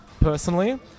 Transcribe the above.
personally